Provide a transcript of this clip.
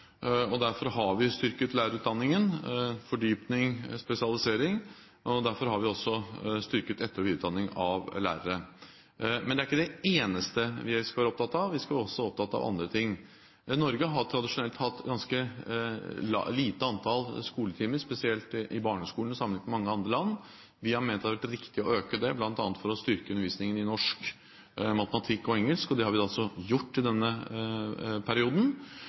og flere lærere, nøkkelen. Derfor har vi styrket lærerutdanningen – fordypning og spesialisering. Derfor har vi også styrket etter- og videreutdanningen av lærere. Men det er ikke det eneste vi skal være opptatt av. Vi skal også være opptatt av andre ting. Norge har tradisjonelt hatt et ganske lite antall skoletimer, spesielt i barneskolen, sammenliknet med mange andre land. Vi har ment at det har vært riktig å øke det, bl.a. for å styrke undervisningen i norsk, matematikk og engelsk. Det har vi også gjort i denne perioden.